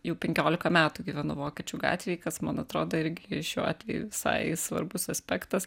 jau penkiolika metų gyvenu vokiečių gatvėj kas man atrodo irgi šiuo atveju visai svarbus aspektas